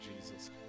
Jesus